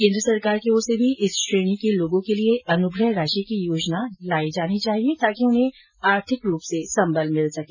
केन्द्र सरकार की ओर से भी इस श्रेणी लोगों के लिए अनुग्रह राशि की योजना लाई जानी चाहिए ताकि उन्हें आर्थिक रूप से संबल मिल सके